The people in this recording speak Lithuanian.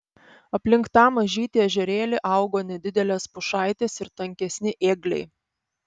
aplink tą mažytį ežerėlį augo nedidelės pušaitės ir tankesni ėgliai